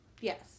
Yes